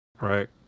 right